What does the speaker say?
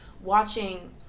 watching